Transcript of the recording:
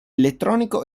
elettronico